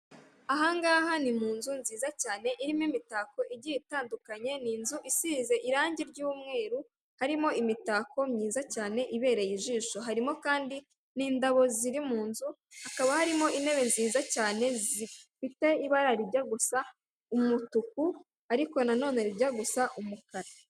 Ahangaha ni mu nzu nziza cyane irimo imitako igiye itandukanye, ni inzu isize irangi r'umweru harimo imitako myiza cyane ibereye ijisho, harimo kandi n'indabo ziri mu nzu hakaba harimo intebe nziza cyane zifite ibara rijya gusa umutuku ariko na none rijya gusa umukara.